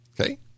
Okay